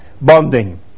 bonding